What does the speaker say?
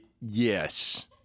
Yes